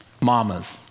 mamas